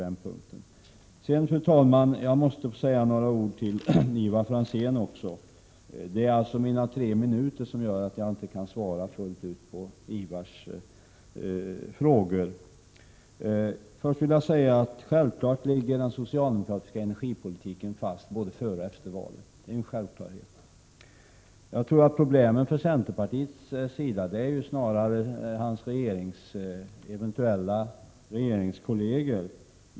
Fru talman! Jag måste säga några ord till Ivar Franzén också, men repliktiden tre minuter gör att jag inte kan svara fullt ut på hans frågor. Självfallet ligger den socialdemokratiska energipolitiken fast både före och efter valet. Problemet för centerpartiet är snarare Ivar Franzéns eventuella regeringskolleger.